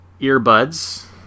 earbuds